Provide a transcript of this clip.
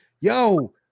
yo